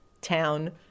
town